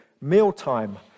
mealtime